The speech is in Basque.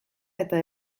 eta